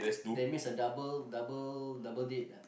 that means the double double double date ah